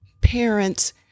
Parents